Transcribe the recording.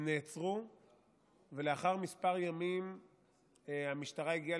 הם נעצרו ולאחר כמה ימים המשטרה הגיעה